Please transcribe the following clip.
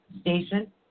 station